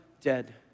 dead